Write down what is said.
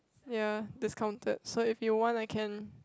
ya discounted so if you want I can